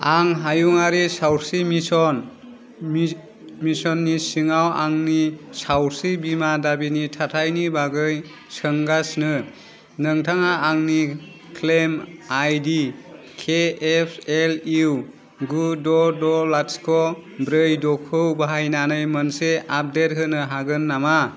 आं हायुङारि सावस्रि मिसन मिसननि सिङाव आंनि सावस्रि बीमा दाबिनि थाथायनि बागै सोंगासिनो नोंथाङा आंनि क्लेम आइदि केएएलइउ गु द' द' लाथिख' ब्रै द' खौ बाहायनानै मोनसे आपडेट होनो हागोन नामा